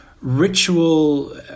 ritual